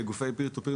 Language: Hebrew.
כגופי Peer To Peer,